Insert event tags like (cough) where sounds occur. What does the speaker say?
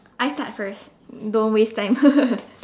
I start first don't waste time (laughs)